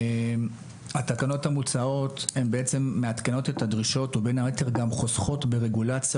התקנות המוצעות מעדכנות את הדרישות ובין היתר גם חוסכות ברגולציה